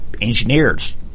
engineers